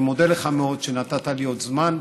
אני מודה לך מאוד שנתת לי עוד זמן,